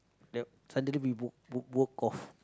then suddenly we broke broke broke off